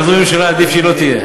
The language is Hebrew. כזאת ממשלה, עדיף שהיא לא תהיה.